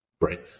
right